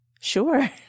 Sure